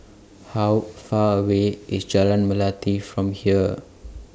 How Far away IS Jalan Melati from here